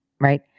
right